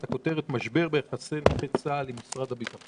הצעה לדיון מהיר בנושא: משבר ביחסי נכי צה"ל עם משרד הביטחון.